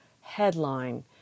headline